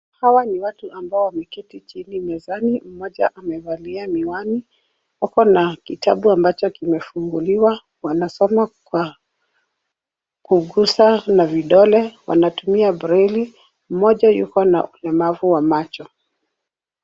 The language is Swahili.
Hawa ni watu ambao wameketi chini mezani. Mmoja amevalia miwani . Ako na kitabu ambacho kimefunguliwa. Wanasoma kwa kugusa na vidole. Wanatumia braille . Mmoja yuko na ulemavu wa macho.